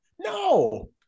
No